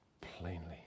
plainly